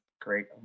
great